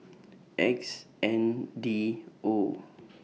X N D O